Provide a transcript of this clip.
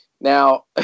Now